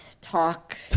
Talk